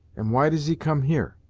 and why does he come here?